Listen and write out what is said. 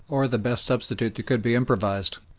or the best substitute that could be improvised.